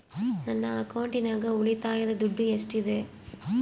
ನನ್ನ ಅಕೌಂಟಿನಾಗ ಉಳಿತಾಯದ ದುಡ್ಡು ಎಷ್ಟಿದೆ?